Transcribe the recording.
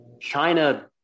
China